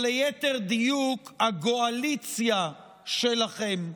או ליתר דיוק הגועליציה שלכם: